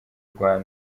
rwanda